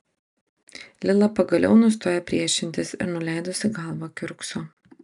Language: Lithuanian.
lila pagaliau nustoja priešintis ir nuleidusi galvą kiurkso